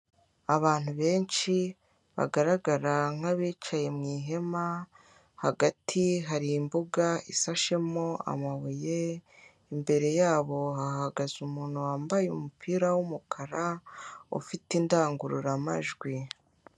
Abantu benshi bagaragara nk'abicaye mu ihema, hagati hari imbuga isashemo amabuye, imbere yabo hahagaze umuntu wambaye umupira w'umukara, ufite indangururamajwi.